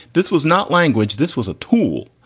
this was not language. this was a tool.